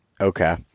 Okay